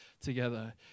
together